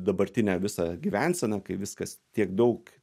dabartinę visą gyvenseną kai viskas tiek daug